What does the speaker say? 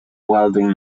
welding